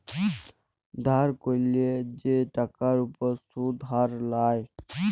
ধার ক্যইরলে যে টাকার উপর সুদের হার লায়